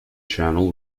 channel